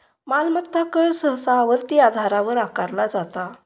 मालमत्ता कर सहसा आवर्ती आधारावर आकारला जाता